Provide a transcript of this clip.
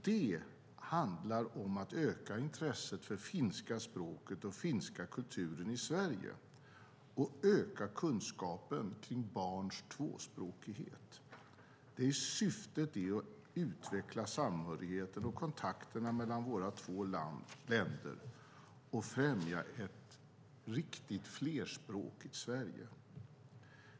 Det handlar om att öka intresset för det finska språket och den finska kulturen i Sverige och öka kunskapen om barns tvåspråkighet. Syftet är att utveckla samhörigheten och kontakterna mellan våra två länder och främja ett riktigt flerspråkigt Sverige.